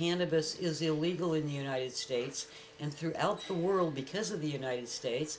cannabis is illegal in the united states and throughout the world because of the united states